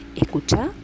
Escucha